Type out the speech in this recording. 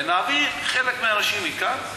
ונעביר חלק מהאנשים מכאן לכאן.